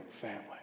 family